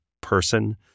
person